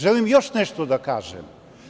Želim još nešto da kažem.